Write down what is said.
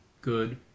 good